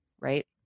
right